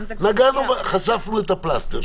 חשפנו את הפלסטר.